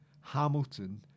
Hamilton